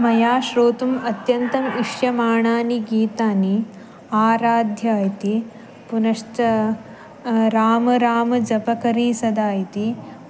मया श्रोतुम् अत्यन्तम् इष्यमानानि गीतानि आराध्या इति पुनश्च राम राम जपकरी सदा इति